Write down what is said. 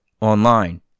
Online